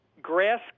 grass